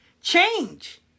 change